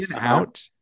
out